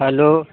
hello